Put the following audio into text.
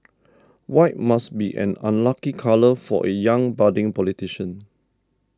white must be an unlucky colour for a young budding politician